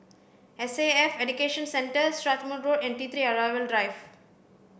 S A F Education Centre Strathmore Road and T three Arrival Drive